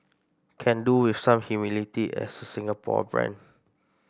can do with some humility as a Singapore brand